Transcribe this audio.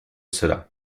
cela